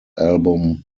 album